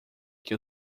que